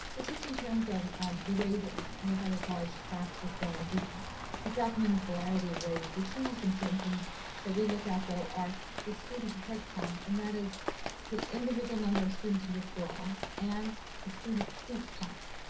so just in terms of of the way that north idaho college tracks withdraws, we track them in a variety of ways. the two most important things that we look at, though, are the student headcount and that is the individual number of students who withdraw and the student seat count,